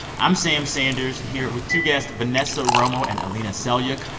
i'm sam sanders here with two guests, vanessa romo and alina selyukh,